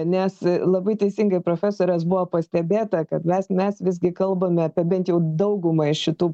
nes labai teisingai profesorės buvo pastebėta kad mes mes visgi kalbame apie bent jau daugumą iš šitų